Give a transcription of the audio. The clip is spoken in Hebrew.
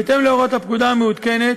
בהתאם להוראות הפקודה המעודכנת,